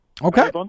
Okay